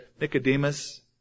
Nicodemus